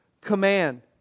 command